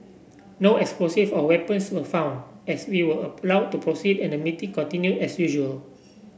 no explosive or weapons were found as we were allowed to proceed and the meeting continued as usual